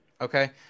Okay